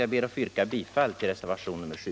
Jag ber att få yrka bifall till reservationen 7.